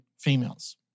females